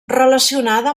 relacionada